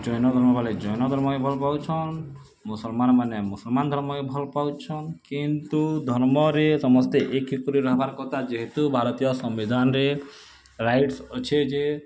ଯୈନ ଧର୍ମ ଵାଲେ ଯୈନ ଧର୍ମକେ ଭଲ୍ ପାଉଛନ୍ ମୁସଲମାନ୍ ମାନେ ମୁସଲମାନ୍ ଧର୍ମକେ ଭଲ୍ ପାଉଛନ୍ କିନ୍ତୁ ଧର୍ମରେ ସମସ୍ତେ ଏକ ହେଇକରି ରଖିବାର୍ କଥା ଯେହେତୁ ଭାରତୀୟ ସମ୍ବିଧାନରେ ରାଇଟ୍ସ୍ ଅଛି ଯେ